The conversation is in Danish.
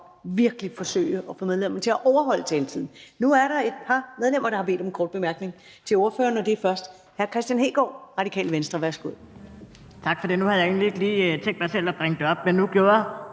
lod virkelig at forsøge at få medlemmerne til at overholde taletiden. Nu er der et par medlemmer, der har bedt om korte bemærkninger til ordføreren. Det er først hr. Kristian Hegaard, Radikale Venstre. Værsgo. Kl. 14:40 Kristian Hegaard (RV): Tak for det. Jeg havde egentlig ikke lige tænkt mig selv at bringe det op, men nu gjorde